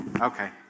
Okay